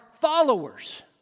followers